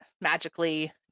magically